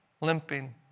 limping